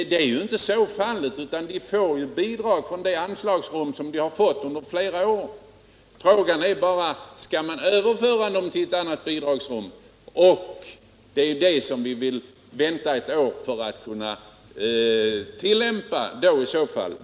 Så är ju inte fallet, utan de får bidrag sedan flera år. Frågan är bara om man skall överföra bidragen till ett annat anslagsrum, och detta vill vi i så fall vänta med ett år.